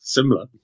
Similar